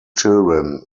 children